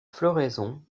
floraison